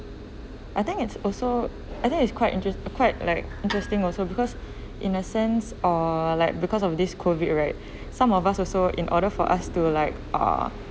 I think it's also I think is quite interest quite like interesting also because in the sense uh like because of this COVID right some of us also in order for us to like uh